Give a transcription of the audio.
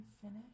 finish